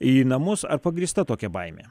į namus ar pagrįsta tokia baimė